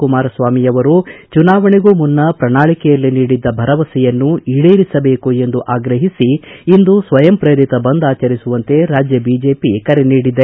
ಕುಮಾರಸ್ವಾಮಿ ಅವರು ಚುನಾವಣೆಗೂ ಮುನ್ನ ಪ್ರಣಾಳಿಕೆಯಲ್ಲಿ ನೀಡಿದ್ದ ಭರವಸೆಯನ್ನು ಈಡೇರಿಸಬೇಕು ಎಂದು ಆಗ್ರಹಿಸಿ ಇಂದು ಸ್ವಯಂಪ್ರೇರಿತ ಬಂದ್ ಆಚರಿಸುವಂತೆ ರಾಜ್ಯ ಬಿಜೆಪಿ ಕರೆ ನೀಡಿದೆ